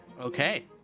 Okay